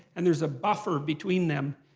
and there's a buffer between them.